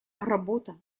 работа